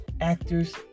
actors